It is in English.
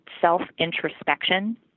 self-introspection